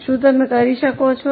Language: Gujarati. શું તમે કરી શકો છો